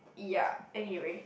ya anyway